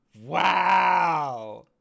wow